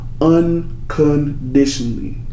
unconditionally